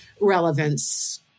relevance